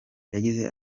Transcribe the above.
yagize